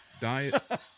diet